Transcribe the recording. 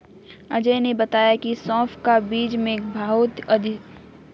अजय ने बताया की सौंफ का बीज में बहुत औषधीय गुण होते हैं